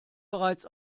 bereits